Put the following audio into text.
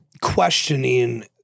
questioning